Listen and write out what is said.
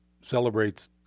celebrates